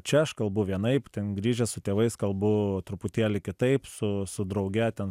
čia aš kalbu vienaip ten grįžęs su tėvais kalbu truputėlį kitaip su su drauge ten